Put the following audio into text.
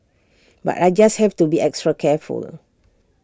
but I just have to be extra careful